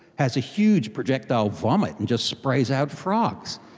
has a huge projectile vomit and just sprays out frogs.